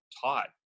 taught